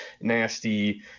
nasty